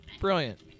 brilliant